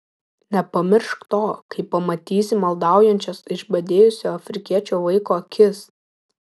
nepamiršk to kai pamatysi maldaujančias išbadėjusio afrikiečio vaiko akis